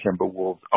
Timberwolves